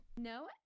No